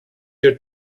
your